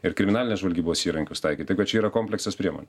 ir kriminalinės žvalgybos įrankius taikyt taip kad čia yra kompleksas priemonių